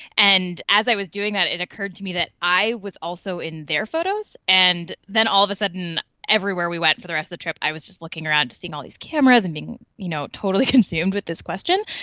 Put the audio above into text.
and as i was doing that it occurred to me that i was also in their photos. and then all of a sudden everywhere we went for the rest of the trip i was just looking around seeing all these cameras and being you know totally consumed consumed with this question.